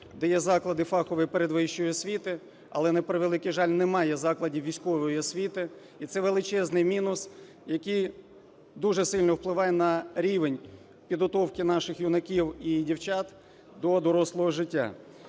де є заклади фахової передвищої освіти, але, на превеликий жаль, немає закладів військової освіти, і це величезний мінус, який дуже сильно впливає на рівень підготовки наших юнаків і дівчат до дорослого життя.